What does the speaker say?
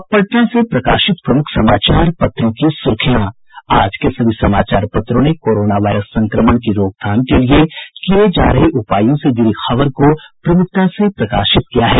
अब पटना से प्रकाशित प्रमुख समाचार पत्रों की सुर्खियां आज के सभी समाचार पत्रों ने कोरोना वायरस संक्रमण की रोकथाम के लिए किये जा रहे उपायों से जुड़ी खबर को प्रमुखता से प्रकाशित किया है